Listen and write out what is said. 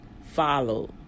follow